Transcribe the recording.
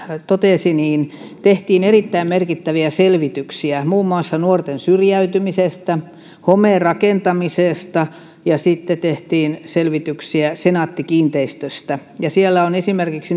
totesi siellä tehtiin erittäin merkittäviä selvityksiä muun muassa nuorten syrjäytymisestä homerakentamisesta ja sitten tehtiin selvityksiä senaatti kiinteistöstä siellä on esimerkiksi jos